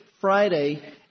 Friday